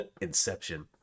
Inception